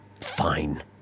Fine